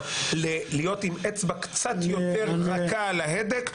להיות עם אצבע קצת יותר רכה על ההדק,